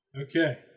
Okay